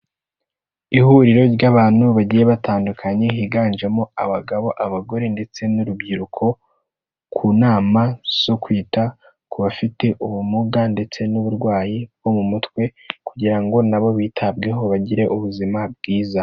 Ihuriro ry'abantu bagiye batandukanye higanjemo abagabo, abagore, ndetse n'urubyiruko, ku nama zo kwita ku bafite ubumuga ndetse n'uburwayi bwo mu mutwe kugira ngo na bo bitabweho bagire ubuzima bwiza.